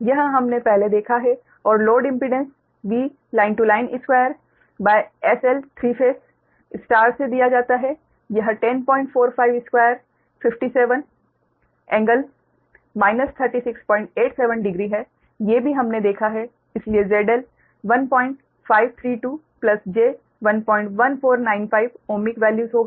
यह हमने पहले देखा है और लोड इम्पीडेंस 2 SL से दिया जाता है यह 10452 57∟ 36870 है ये भी हमने देखा है इसलिए ZL 1532 j11495 ओमिक वैल्यूज़ होगा